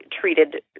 treated